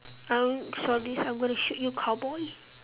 I only saw this I'm going to shoot you cowboy